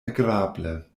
agrable